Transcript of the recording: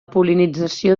pol·linització